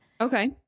Okay